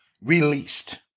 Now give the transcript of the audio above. released